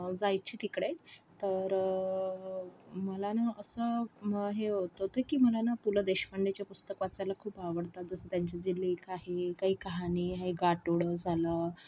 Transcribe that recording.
जायची तिकडे तर मला ना असं हे होत होतं की मला ना पु ल देशपांडेचे पुस्तक वाचायला खूप आवडतातच त्यांचे जे लेख आहे काही कहाणी आहे गाठोडं झालं